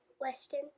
Weston